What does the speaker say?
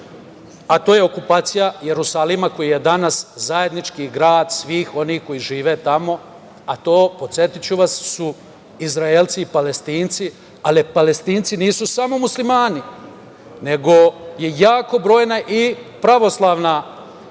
a to je okupacija Jerusalima, koji je danas zajednički grad svih onih koji žive tamo, a to su, podsetiću vas, Izraelci i Palestinci. Ali, Palestinci nisu samo muslimani, nego je jako brojna i pravoslavna, da